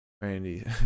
Randy